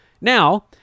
Now